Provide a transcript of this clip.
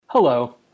Hello